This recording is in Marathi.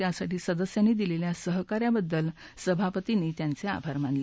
त्यासाठी सदस्यांनी दिलेल्या सहकार्याबद्दल सभापतींनी त्यांचे आभार मानले